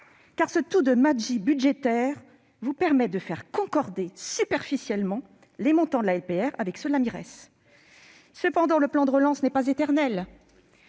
car ce tour de magie budgétaire vous permet de faire concorder superficiellement les montants de la LPR avec ceux de la Mires. Mais le plan de relance n'est pas éternel